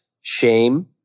shame